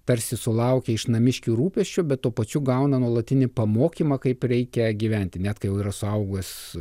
tarsi sulaukė iš namiškių rūpesčio bet tuo pačiu gauna nuolatinį pamokymą kaip reikia gyventi net kai yra suaugęs